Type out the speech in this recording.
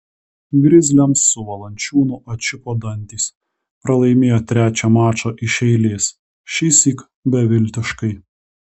grizliams su valančiūnu atšipo dantys pralaimėjo trečią mačą iš eilės šįsyk beviltiškai